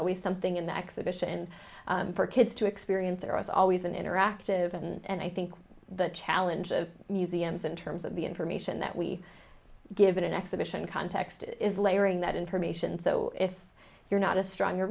always something in the exhibition for kids to experience there is always an interactive and i think the challenge of museums in terms of the information that we give an exhibition context is layering that information so if you're not a strong